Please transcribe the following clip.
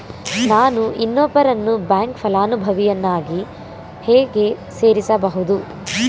ನಾನು ಇನ್ನೊಬ್ಬರನ್ನು ಬ್ಯಾಂಕ್ ಫಲಾನುಭವಿಯನ್ನಾಗಿ ಹೇಗೆ ಸೇರಿಸಬಹುದು?